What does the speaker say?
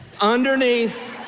underneath